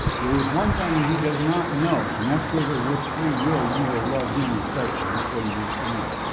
there is one thing he does not know, and that's whether with freewill you will love him or satan. that's what he wants to know.